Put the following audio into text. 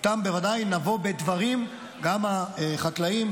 ואיתם בוודאי יבואו בדברים גם החקלאים,